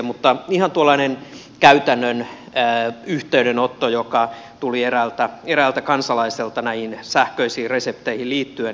mutta ihan tuollainen käytännön yhteydenotto joka tuli eräältä kansalaiselta näihin sähköisiin resepteihin liittyen